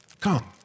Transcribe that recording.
Come